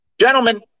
Gentlemen